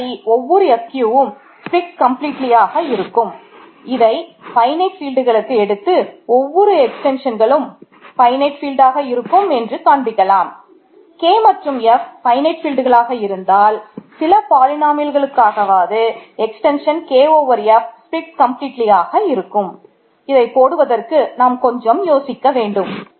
இதைப் போடுவதற்கு நாம் கொஞ்சம் யோசிக்க வேண்டும்